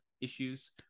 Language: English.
issues